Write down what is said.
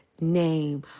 name